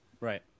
Right